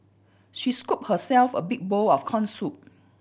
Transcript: she scooped herself a big bowl of corn soup